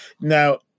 Now